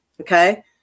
okay